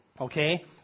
okay